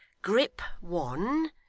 grip one,